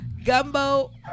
gumbo